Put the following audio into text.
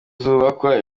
zubakwa